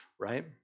right